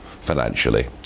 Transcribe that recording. financially